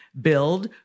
Build